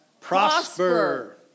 Prosper